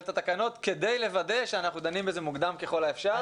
את התקנות כדי לוודא שאנחנו דנים בזה מוקדם ככל האפשר.